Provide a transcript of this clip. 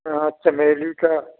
हाँ चमेली का